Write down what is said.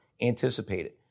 anticipated